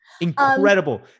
Incredible